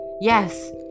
Yes